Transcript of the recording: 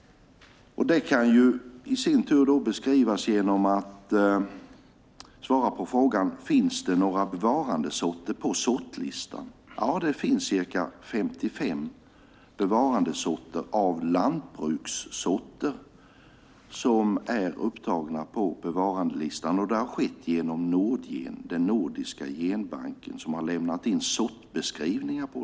Jag ska också svara på frågan om det finns några bevarandesorter på sortlistan. Ja, det finns ca 55 bevarandesorter av lantbrukssorter på bevarandelistan. Det har skett genom den nordiska genbanken som har lämnat in sortbeskrivningar.